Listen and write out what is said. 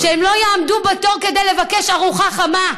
כדי שהם לא יעמדו בתור כדי לבקש ארוחה חמה,